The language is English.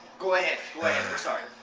go ahead. like and we're sorry.